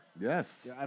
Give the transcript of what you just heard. Yes